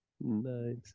Nice